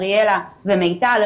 אריאלה ומיטל',